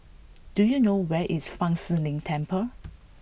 do you know where is Fa Shi Lin Temple